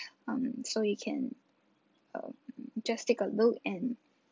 um so you can um just take a look and